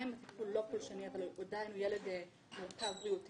מה אם הטיפול הוא לא פולשני אבל עדיין הוא ילד מורכב בריאותית?